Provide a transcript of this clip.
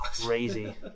Crazy